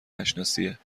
نشناسیه